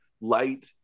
light